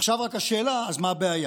עכשיו השאלה היא, אז מה הבעיה?